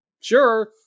Sure